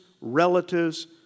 relatives